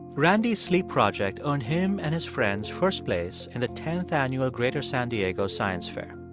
randy's sleep project earned him and his friends first place in the tenth annual greater san diego science fair.